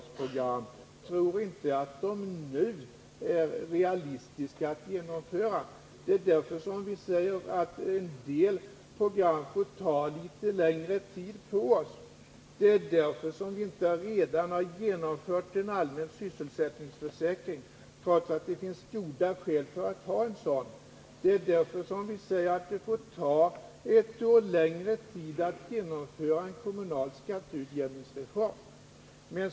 Vi tror inte att det nu är realistiskt att genomföra dem. Därför säger vi att en del program får ta litet längre tid. Därför har vi inte redan genomfört en allmän sysselsättningsförsäkring, trots att det finns goda skäl för att införa en sådan. Därför säger vi att det får ta ett år längre tid att genomföra en kommunalskatteutjämningsreform.